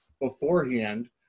beforehand